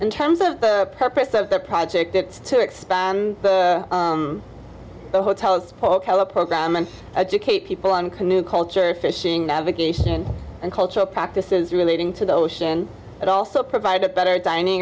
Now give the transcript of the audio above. in terms of the purpose of the project it to expand the hotels okello program and educate people on canoe culture fishing navigation and cultural practices relating to the ocean and also provide a better dining